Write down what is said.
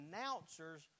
announcers